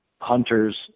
Hunters